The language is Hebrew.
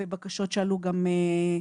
גם בקשות שעלו כאן,